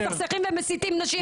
מסכסכים ומסיתים נשים נגד נשים.